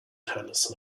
tennis